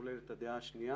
כולל את הדעה השנייה,